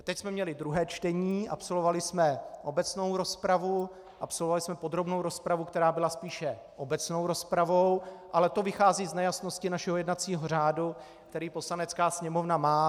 Teď jsme měli druhé čtení, absolvovali jsme obecnou rozpravu, absolvovali jsme podrobnou rozpravu, která byla spíše obecnou rozpravou, ale to vychází z nejasnosti našeho jednacího řádu, který Poslanecká sněmovna má.